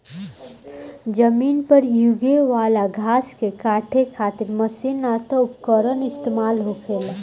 जमीन पर यूगे वाला घास के काटे खातिर मशीन ना त उपकरण इस्तेमाल होखेला